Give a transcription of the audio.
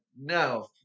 No